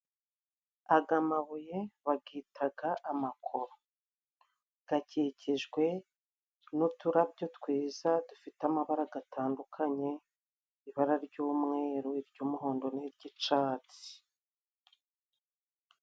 Aga mabuye bagitaga amakoro. Gakikijwe n'uturabyo twiza dufite amabara gatandukanye: ibara ry'umweru ,iry'umuhondo n'iry'icatsi.